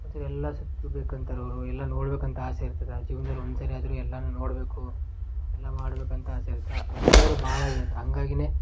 ಒಂದು ಸಲ ಎಲ್ಲ ಸುತ್ಬೇಕಂತಾರ್ ಅವರು ಎಲ್ಲ ನೋಡಬೇಕಂತ ಆಸೆ ಇರ್ತದೆ ಜೀವನದಲ್ಲಿ ಒಂದು ಸರಿ ಆದರೂ ಎಲ್ಲಾ ನೋಡಬೇಕು ಎಲ್ಲ ಮಾಡಬೇಕಂತ ಆಸೆ ಇರುತ್ತೆ ಅದನ್ನು ಅವರು ಭಾಳ ಹೇಳ್ತರ ಹಾಗಾಗಿಯೇ